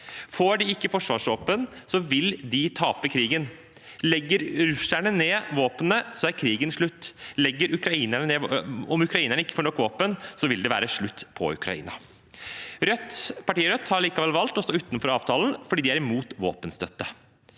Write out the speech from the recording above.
Får de ikke forsvarsvåpen, vil de tape krigen. Legger russerne ned våpnene, er krigen slutt. Om ukrainerne ikke får nok våpen, vil det være slutt på Ukraina. Partiet Rødt har likevel valgt å stå utenfor avtalen fordi de er imot våpenstøtte.